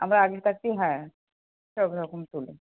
আমার আগে হ্যাঁ সব রকম তোলে